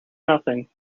nothing